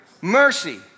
mercy